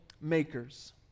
makers